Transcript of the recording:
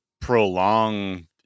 prolong